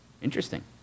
Interesting